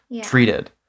treated